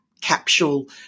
capsule